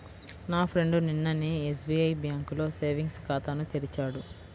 నా ఫ్రెండు నిన్ననే ఎస్బిఐ బ్యేంకులో సేవింగ్స్ ఖాతాను తెరిచాడు